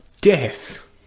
death